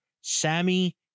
Sammy